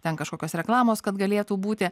ten kažkokios reklamos kad galėtų būti